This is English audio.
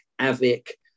AVIC